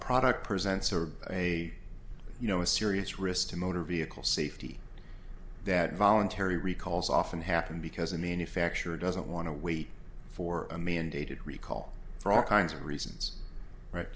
product presents or a you know a serious risk to motor vehicle safety that voluntary recalls often happen because a manufacturer doesn't want to wait for a mandated recall for all kinds of reasons right